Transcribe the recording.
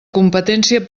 competència